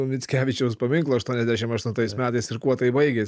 mickevičiaus paminklo aštuoniasdešimt aštuntais metais ir kuo tai baigėsi